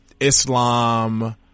Islam